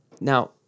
Now